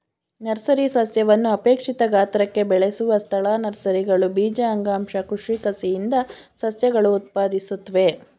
nursery ಸಸ್ಯವನ್ನು ಅಪೇಕ್ಷಿತ ಗಾತ್ರಕ್ಕೆ ಬೆಳೆಸುವ ಸ್ಥಳ ನರ್ಸರಿಗಳು ಬೀಜ ಅಂಗಾಂಶ ಕೃಷಿ ಕಸಿಯಿಂದ ಸಸ್ಯವನ್ನು ಉತ್ಪಾದಿಸುತ್ವೆ